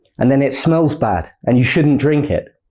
and then it smells bad and you shouldn't drink it.